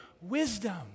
wisdom